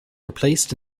replaced